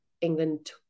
England